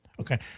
okay